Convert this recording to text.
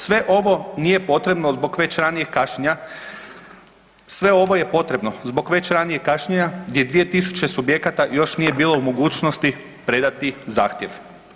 Sve ovo nije potrebno zbog već ranijeg kašnjenja, sve ovo je potrebno zbog već ranijeg kašnjenja gdje je 2 tisuće subjekata još nije bilo u mogućnosti predati zahtjev.